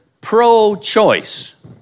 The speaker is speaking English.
Pro-Choice